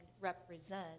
represent